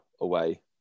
away